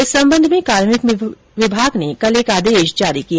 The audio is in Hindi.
इस संबंध में कार्मिक विभाग ने कल एक आदेश जारी कर दिया